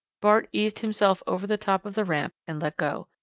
bart eased himself over the top of the ramp and let go.